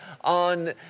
on